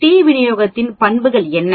D விநியோகத்தின் பண்புகள் என்ன